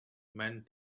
men